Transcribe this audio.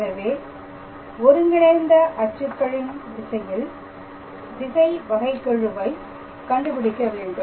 எனவே ஒருங்கிணைந்த அச்சுக்களின் திசையில் திசை வகைகெழுவை கண்டுபிடிக்க வேண்டும்